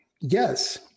yes